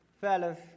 fellas